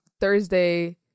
thursday